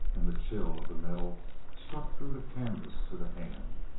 and the chill of the metal struck through the canvas to the hand.